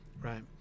right